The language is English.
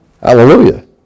Hallelujah